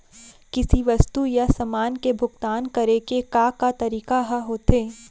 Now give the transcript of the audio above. किसी वस्तु या समान के भुगतान करे के का का तरीका ह होथे?